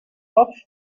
off